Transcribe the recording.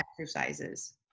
exercises